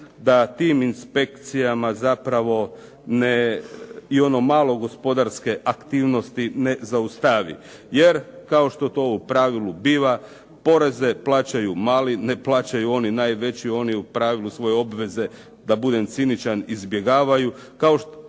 da tim inspekcijama zapravo ne, i ono malo gospodarske aktivnosti ne zaustavi. Jer kao što to u pravilu biva poreze plaćaju mali, ne plaćaju oni najveći, oni u pravilu svoje obveze, da budem ciničan, izbjegavaju,